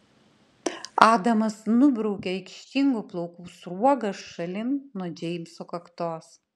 adamas nubraukia aikštingų plaukų sruogas šalin nuo džeimso kaktos